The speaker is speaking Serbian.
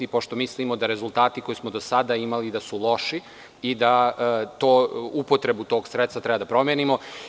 Mislimo da rezultati koje smo do sada imali su loši i upotrebu tog sredstva treba da promenimo.